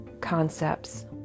concepts